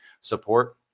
support